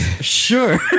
sure